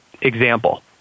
Example